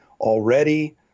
already